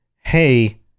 Hey